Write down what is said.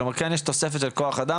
זאת אומרת שכן יש תוספת של כוח אדם